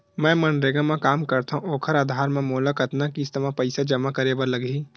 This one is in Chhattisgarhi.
मैं मनरेगा म काम करथव, ओखर आधार म मोला कतना किस्त म पईसा जमा करे बर लगही?